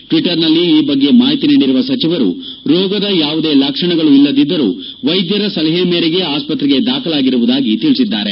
Twitter ನಲ್ಲಿ ಈ ಬಗ್ಗೆ ಮಾಹಿತಿ ನೀಡಿರುವ ಸಚಿವರು ರೋಗದ ಯಾವುದೇ ಲಕ್ಷಣಗಳು ಇಲ್ಲದಿದ್ದರೂ ವೈದ್ಯರ ಸಲಹೆ ಮೇರೆಗೆ ಆಸ್ತತ್ರೆಗೆ ದಾಖಲಾಗಿರುವುದಾಗಿ ತಿಳಿಸಿದ್ದಾರೆ